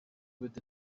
with